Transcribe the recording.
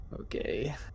Okay